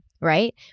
right